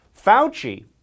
Fauci